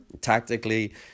tactically